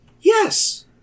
Yes